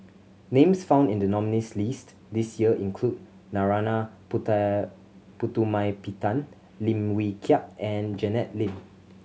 names found in the nominees' list this year include Narana Putumaippittan Lim Wee Kiak and Janet Lim